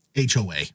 HOA